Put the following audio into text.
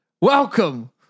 Welcome